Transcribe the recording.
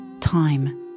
time